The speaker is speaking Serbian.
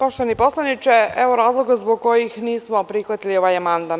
Poštovani poslaniče, evo razloga zbog kojih nismo prihvatili ovaj amandman.